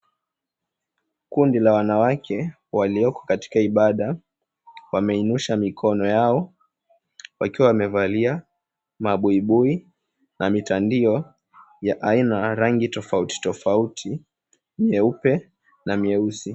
Kundi la wanawake walioko katika ibada wameinusha mikono yao wakiwa wamevalia mabuibui na mitandio ya aina na rangi tofauti tofauti, nyeupe na meusi.